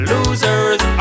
Losers